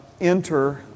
enter